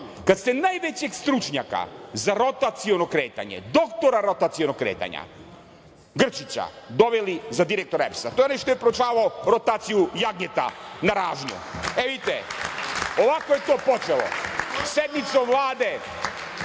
kada ste najvećeg stručnjaka za rotaciono kretanje, doktora rotacionog kretanja Grčića doveli za direktora EPS-a, to je onaj što je proučavao rotaciju jagnjeta na ražnju. E, vidite, ovako je to počelo, sednicom Vlade